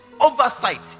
oversight